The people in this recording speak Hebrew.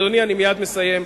אדוני, אני מייד מסיים.